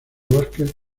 bosques